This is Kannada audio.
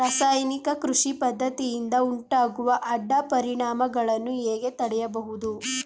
ರಾಸಾಯನಿಕ ಕೃಷಿ ಪದ್ದತಿಯಿಂದ ಉಂಟಾಗುವ ಅಡ್ಡ ಪರಿಣಾಮಗಳನ್ನು ಹೇಗೆ ತಡೆಯಬಹುದು?